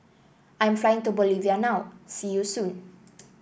I am flying to Bolivia now See you soon